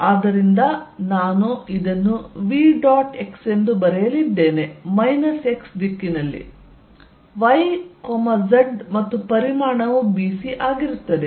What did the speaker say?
ಆದ್ದರಿಂದ ನಾನು ಇದನ್ನು v ಡಾಟ್ x ಎಂದು ಬರೆಯಲಿದ್ದೇನೆ ಮೈನಸ್ x ದಿಕ್ಕಿನಲ್ಲಿ y z ಮತ್ತು ಪರಿಮಾಣವು bc ಆಗಿರುತ್ತದೆ